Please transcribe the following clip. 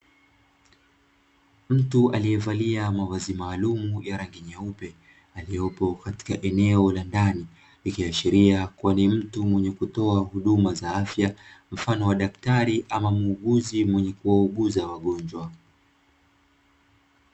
Mtu aliyevalia mavazi maalumu ya rangi nyeupe, aliyopo katika eneo la ndani, ikiashiria kuwa ni mtu mwenye kutoa huduma za afya, mfano wa daktari ama muuguzi mwenye kuwauguza wagonjwa.